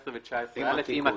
19 ו-19א אושרו,